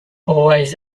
always